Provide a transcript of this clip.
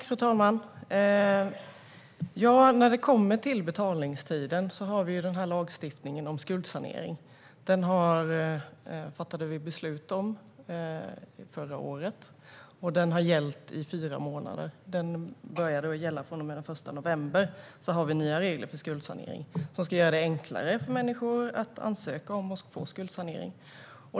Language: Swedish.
Fru talman! När det gäller betalningstiden har vi lagstiftningen om skuldsanering. Den fattade vi beslut om förra året, och den har gällt i fyra månader. Från och med den 1 november har vi nya regler för skuldsanering som ska göra det enklare för människor att ansöka om och få skuldsanering.